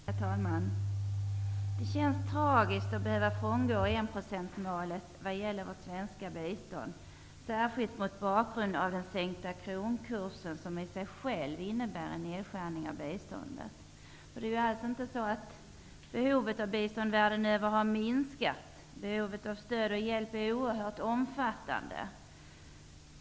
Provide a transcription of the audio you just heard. Herr talman! Det känns tragiskt att behöva frångå 1-procentsmålet vad gäller vårt svenska bistånd, särskilt mot bakgrund av den sänkta kronkursen som i sig själv innebär en nedskärning av biståndet. Det är ju alls inte så att behovet av bistånd världen över har minskat. Behovet av stöd och hjälp är oerhört omfattande.